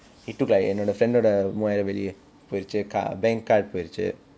he took like என்னோட:ennoda friend வோட மூவாயிரம் வெள்ளி போய்ச்சு:voda muvaayiram velli poicchu ca~ bank card போயிருச்சு:poyiruchu